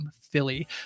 philly